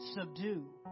subdue